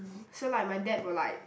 so like my dad will like